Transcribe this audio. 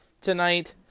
tonight